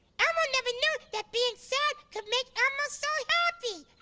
elmo never knew that being sad could make elmo so happy.